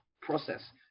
process